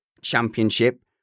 championship